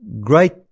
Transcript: great